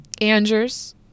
Andrews